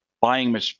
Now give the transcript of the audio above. buying